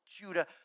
Judah